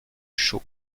show